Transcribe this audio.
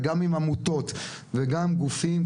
וגם עם עמותות וגופים,